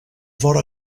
vora